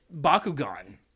Bakugan